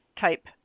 type